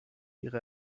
ihre